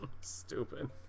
Stupid